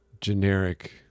generic